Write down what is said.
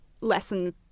lesson